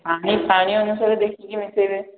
ପାଣି ପାଣି ଅନୁସାରେ ଦେଖିକି ମିଶେଇବେ